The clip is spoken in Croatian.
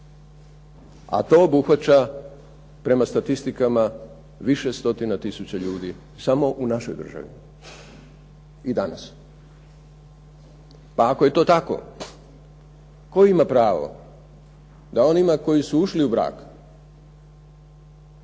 A to obuhvaća prema statistikama više stotina tisuća ljudi samo u našoj državi, i danas. Pa ako je to tako tko ima pravo da onima koji su ušli u brak,